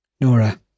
Nora